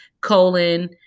colon